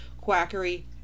quackery